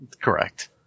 Correct